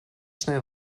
schnell